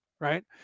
right